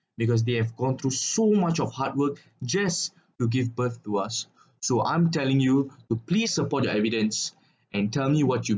because they have gone through so much of hardwork just to give birth to us so I'm telling you you please support your evidence and tell me what you